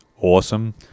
awesome